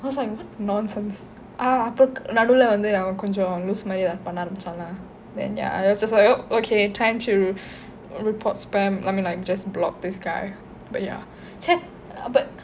I was like what nonsense நடுவுலே வந்து அவன் கொஞ்சம் லூசு மாறி ஏதாவது பண்ண ஆரம்பிச்சான்:naduvule vanthu avan konjam loosu maari yethaavathu panna aarambichaan then ya I was just like oh okay trying to report spam let me like just block this guy but ya so